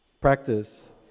practice